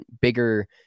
bigger